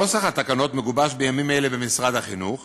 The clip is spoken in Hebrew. נוסח התקנות מגובש בימים אלה במשרד החינוך